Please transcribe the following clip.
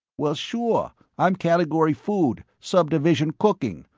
well, sure. i'm category food, sub-division cooking,